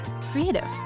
creative